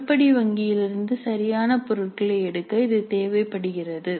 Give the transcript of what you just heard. உருப்படி வங்கியிலிருந்து சரியான பொருட்களை எடுக்க இது தேவைப்படுகிறது